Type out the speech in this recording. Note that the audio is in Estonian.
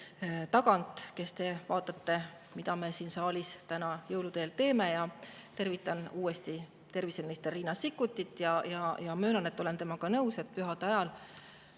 taga, kes te vaatate, mida me siin saalis täna jõulude eel teeme! Tervitan uuesti terviseminister Riina Sikkutit ja möönan, et olen temaga nõus, et pühade ajal